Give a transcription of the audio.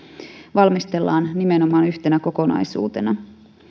valmistellaan nimenomaan yhtenä kokonaisuutena